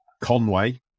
Conway